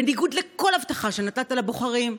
בניגוד לכל הבטחה שנתת לבוחרים,